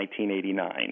1989